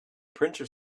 printer